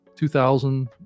2000